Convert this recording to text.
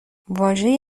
واژه